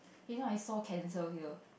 just now I saw cancel here